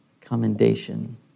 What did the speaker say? commendation